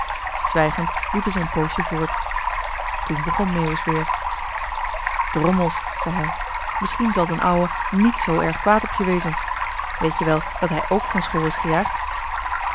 zwijgend liepen ze een poosje voort toen begon meeuwis weer drommels zei hij misschien zal d'n ouwe niet zoo erg kwaad op je wezen weet-je wel dat hij ook van school is gejaagd